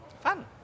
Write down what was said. Fun